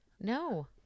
No